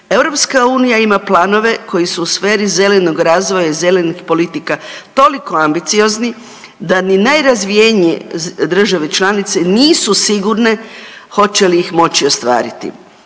proračunu? EU ima planove koji su u sferi zelenog razvoja i zelenih politika toliko ambiciozni da ni najrazvijenije države članice nisu sigurne hoće li ih moći ostvariti,